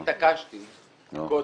אני התעקשתי קודם,